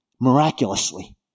miraculously